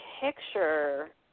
picture